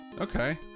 Okay